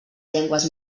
llengües